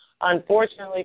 Unfortunately